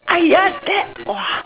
ah ya that !wah!